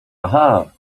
aha